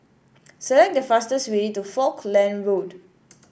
select the fastest way to Falkland Road